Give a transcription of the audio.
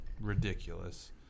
ridiculous